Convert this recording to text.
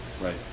right